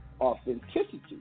authenticity